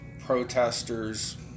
protesters